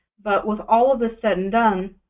but with all of this said and done,